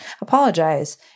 apologize